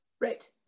right